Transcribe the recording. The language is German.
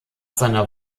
seiner